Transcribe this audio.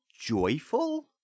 Joyful